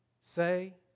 say